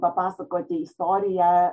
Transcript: papasakoti istoriją